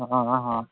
ହଁ ହଁ ହଁ ହଁ